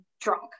drunk